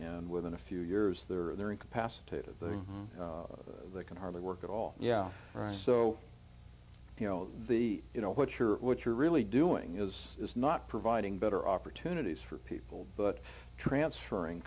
and within a few years there are incapacitated they can hardly work at all yeah right so you know the you know what you're what you're really doing is is not providing better opportunities for people but transferring